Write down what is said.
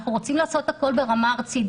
אנחנו רוצים לעשות הכול ברמה הארצית.